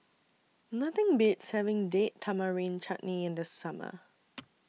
Nothing Beats having Date Tamarind Chutney in The Summer